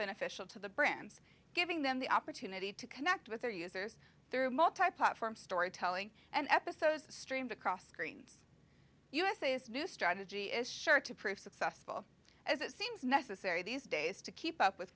beneficial to the brands giving them the opportunity to connect with their users through multiplatform storytelling and episodes streamed across screens usa is new strategy is sure to prove successful as it seems necessary these days to keep up with